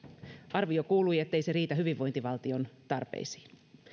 arvio kuului ettei se riitä hyvinvointivaltion tarpeisiin